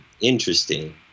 Interesting